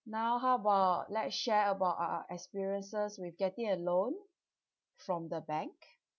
now how about let's share about our our experiences with getting a loan from the bank